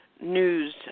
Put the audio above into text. news